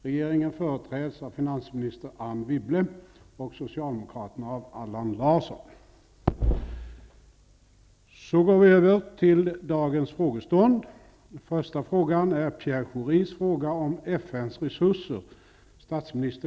Regeringen företräds av finansminister Anne